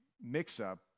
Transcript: mix-up